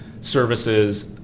services